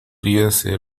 ríase